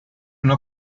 una